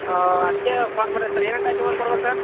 ಅದಕ್ಕೆ ಫೋನ್ ಮಾಡಿದೆ ಸರ್ ಏನೇನು ಡಾಕಿಮೆಂಟ್ ಕೊಡ್ಬೇಕು ಸರ್